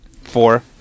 Four